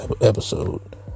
episode